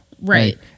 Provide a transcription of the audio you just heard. Right